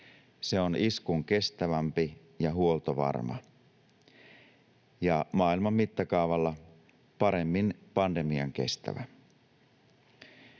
Se on iskunkestävämpi ja huoltovarma ja maailman mittakaavalla paremmin pandemian kestävä.